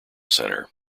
center